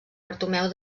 bartomeu